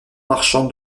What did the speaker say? marchande